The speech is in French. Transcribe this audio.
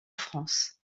france